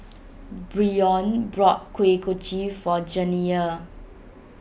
Bryon bought Kuih Kochi for Janiya